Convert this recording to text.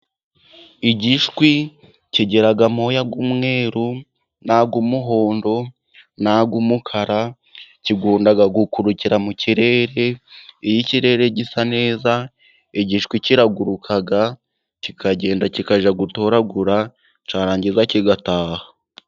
Igishwi kigira amoya y'umweru n'ay'umuhondo n'ay'umukara gikunda gukuruka mu kirere, iyo ikirere gisa neza, igishwi kiraguruka kikagenda kikaja gutoragura cyarangiza kigataha.